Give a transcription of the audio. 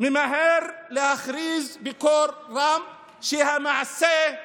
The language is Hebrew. ממהר להכריז בקול רם שהמעשה,